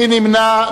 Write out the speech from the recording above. מי נמנע?